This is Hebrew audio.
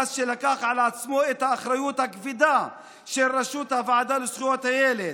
מאז שלקח על עצמו את האחריות הכבדה של ראשות הוועדה לזכויות הילד,